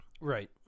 Right